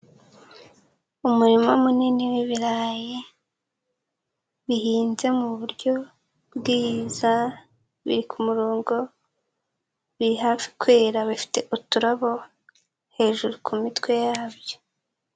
Umurima munini w'ibirayi bihinze mu buryo bwiza, biri ku murongo, biri hafi kwera, bifite uturabo hejuru ku mitwe yabyo.